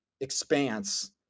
expanse